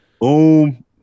Boom